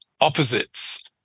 opposites